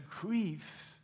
grief